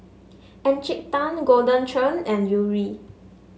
Encik Tan Golden Churn and Yuri